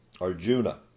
Arjuna